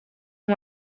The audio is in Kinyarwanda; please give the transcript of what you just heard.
ngo